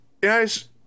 guys